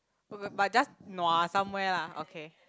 b~ b~ but just nua somewhere lah okay